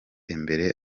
imbere